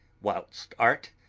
whilst art,